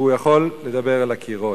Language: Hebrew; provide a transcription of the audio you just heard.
הוא יכול לדבר אל הקירות.